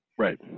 Right